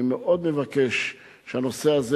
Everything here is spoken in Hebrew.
אני מאוד מבקש שהנושא הזה,